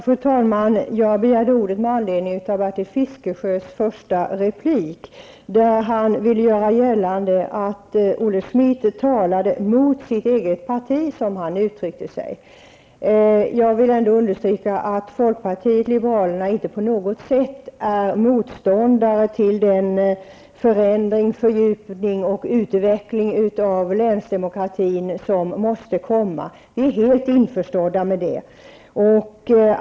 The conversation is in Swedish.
Fru talman! Jag begärde ordet med anledning av Bertil Fiskesjös första replik där han vill göra gällande att Olle Schmidt talade mot sitt eget parti, som han uttryckte det. Jag vill understryka att folkpartiet liberalerna inte på något sätt är motståndare till den förändring, fördjupning och utveckling av länsdemokratin som måste komma. Vi är helt införstådda med detta.